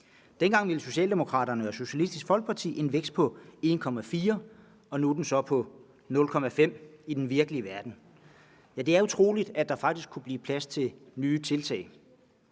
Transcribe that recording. Dengang ville Socialdemokraterne og Socialistisk Folkeparti en vækst på 1,4 pct., og nu er den så på 0,5 pct. i den virkelige verden. Det er utroligt, at der faktisk kunne blive plads til nye tiltag.